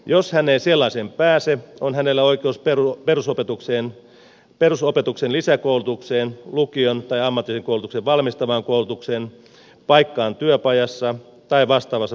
jos hän ei sellaiseen pääse on hänellä oikeus perusopetuksen lisäkoulutukseen lukion tai ammatillisen koulutuksen valmistavaan koulutukseen paikkaan työpajassa tai vastaavassa koulutuksessa